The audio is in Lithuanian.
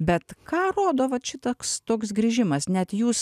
bet ką rodo vat šitoks toks grįžimas net jūs